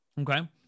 okay